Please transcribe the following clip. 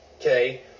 Okay